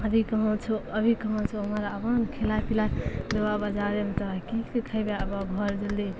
अभी कहाँ छहो अभी कहाँ छहो एमहर आबऽने खिलाइ पिलाइके देबऽ बजारेमे तोरा कि कि खएबै आबऽ घर जल्दी